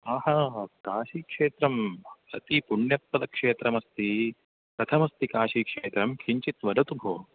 आ हा हा काशिक्षेत्रं अतिपुण्यप्रदक्षेत्रमस्ति कथमस्ति काशिक्षेत्रं किञ्चित् वदतु भो